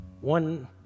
One